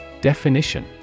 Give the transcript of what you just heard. Definition